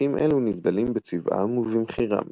קלפים אלו נבדלים בצבעם ובמחירם.